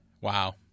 Wow